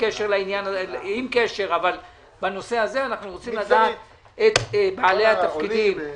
קשר לנושא הזה מי בעלי התפקידים שהוא